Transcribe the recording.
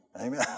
Amen